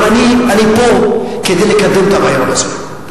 אבל אני פה כדי לקדם את הרעיון עצמו.